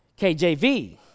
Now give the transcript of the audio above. KJV